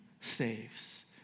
saves